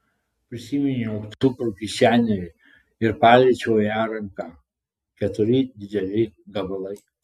prisiminiau cukrų kišenėje ir paliečiau ją ranka keturi dideli gabalai